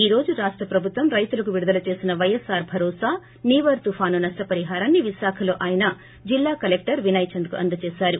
ఈ రోజు రాష్ట ప్రభుత్వం రైతులకు విడుదల చేసిన వైఎస్పార్ భరోసా నివర్ తుపాను నష్టపరిహారాన్ని విశాఖలో ఆయన జిల్లా కలెక్లర్ వినయ్చంద్కు అందజేశారు